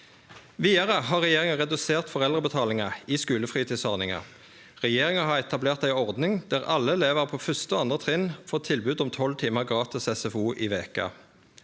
Vidare har regjeringa redusert foreldrebetalinga i skulefritidsordninga. Regjeringa har etablert ei ordning der alle elevar på 1. og 2. trinn får tilbod om tolv timar gratis SFO i veka.